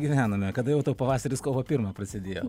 gyvename kada jau tau pavasaris kovo pirmą prasidėjo